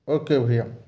okay भैया